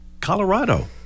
Colorado